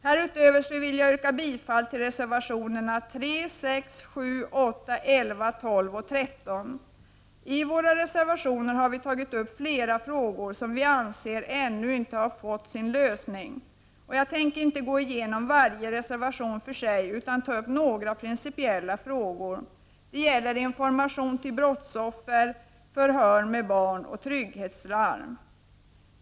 Härutöver vill jag yrka bifall till reservationerna 3, 6, 7, 8, 11, 12 och 13. I våra reservationer har vi tagit upp flera frågor som vi anser ännu inte har fått sin lösning. Jag tänker inte gå igenom varje reservation för sig utan ta upp några principiella frågor. Det gäller information till brottsoffer, förhör med barn och trygghetslarm.